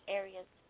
areas